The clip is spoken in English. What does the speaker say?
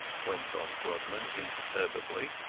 went on grodman, imperturbably,